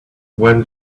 when